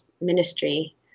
Ministry